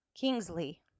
Kingsley